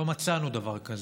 לא מצאנו דבר כזה,